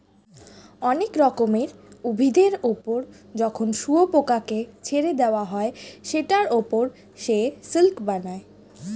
অনেক রকমের উভিদের ওপর যখন শুয়োপোকাকে ছেড়ে দেওয়া হয় সেটার ওপর সে সিল্ক বানায়